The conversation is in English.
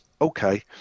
Okay